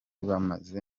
bameze